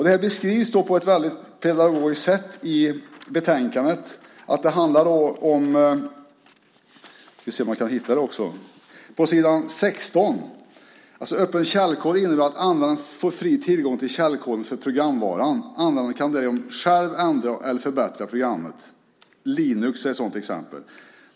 Det beskrivs i betänkandet på ett mycket pedagogiskt sätt. På s. 16 sägs nämligen att "öppen källkod innebär att användaren får fri tillgång till källkoden för programvaran. Användaren kan därigenom själv ändra eller förbättra programmet. Ett exempel på öppen källkod är operativsystemet Linux."